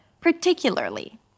Particularly